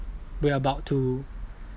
we're about to